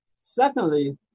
Secondly